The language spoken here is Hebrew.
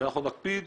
ואנחנו נפקיד